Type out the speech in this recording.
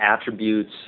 attributes